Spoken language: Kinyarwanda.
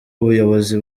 ubuyobozi